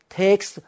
takes